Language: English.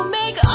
make